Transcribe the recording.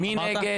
מי נגד?